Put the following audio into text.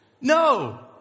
no